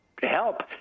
help